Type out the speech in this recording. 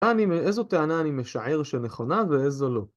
איזו טענה אני משער שנכונה ואיזו לא.